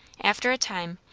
after a time,